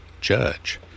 judge